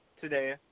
today